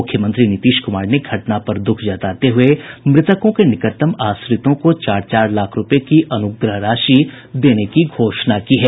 मुख्यमंत्री नीतीश कुमार ने घटना पर दुःख जताते हुये मृतकों के निकटतम आश्रितों को चार चार लाख रूपये की अनुग्रह राशि देने की घोषणा की है